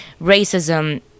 racism